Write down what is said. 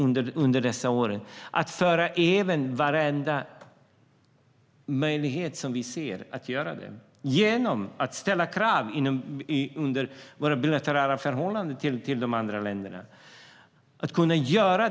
Vi måste föra över varenda möjlighet som vi ser att göra det genom att ställa krav bilateralt till de andra länderna.